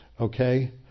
okay